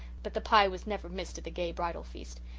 but the pie was never missed at the gay bridal feast.